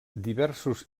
diversos